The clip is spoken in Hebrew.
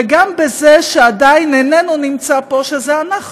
וגם בזה שעדיין איננו נמצא פה, שזה אנחנו.